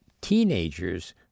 teenagers